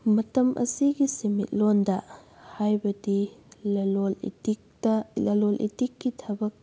ꯃꯇꯝ ꯑꯁꯤꯒꯤ ꯁꯤꯃꯤꯠꯂꯣꯟꯗ ꯍꯥꯏꯕꯗꯤ ꯂꯂꯣꯟ ꯏꯇꯤꯛꯇ ꯂꯂꯣꯟ ꯏꯇꯤꯛꯀꯤ ꯊꯕꯛ